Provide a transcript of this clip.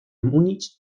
múnich